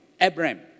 Abraham